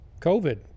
COVID